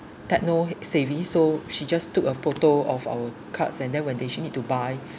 techno savvy so she just took a photo of our cards and then when she need to buy